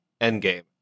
Endgame